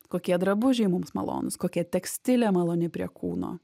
kokie drabužiai mums malonūs kokia tekstilė maloni prie kūno